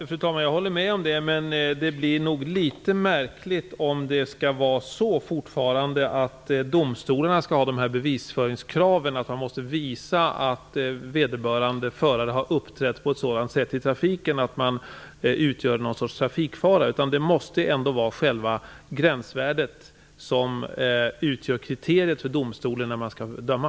Fru talman! Jag håller med om det. Men det blir nog litet märkligt om domstolarna fortfarande skall ha bevisföringskrav som innebär att man måste visa att föraren har uppträtt på ett sådant sätt i trafiken att vederbörande har utgjort något slags trafikfara. Det måste ändå vara själva gränsvärdet som utgör kriteriet för domstolen när man skall döma.